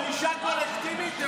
ענישה קולקטיבית?